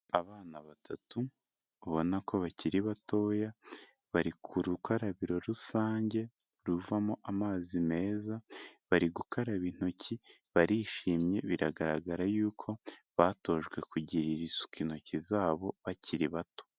Abana batatu ubona ko bakiri batoya, bari ku rukarabiro rusange ruvamo amazi meza, bari gukaraba intoki, barishimye, biragaragara yuko batojwe kugirira isuku intoki zabo bakiri bato.